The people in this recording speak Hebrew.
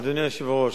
אדוני היושב-ראש,